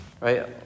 right